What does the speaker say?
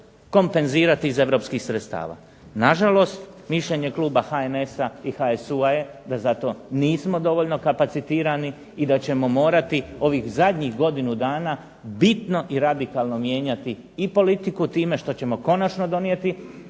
kompenzirati iz europskih sredstava. Nažalost, mišljenje kluba HNS-HSU-a je da za to nismo dovoljno kapacitirani i da ćemo morati ovih zadnjih godinu dana bitno i radikalno mijenjati i politiku time što ćemo konačno donijeti